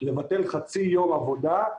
לבטל חצי יום עבודה,